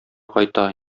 кайта